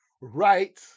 right